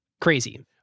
Crazy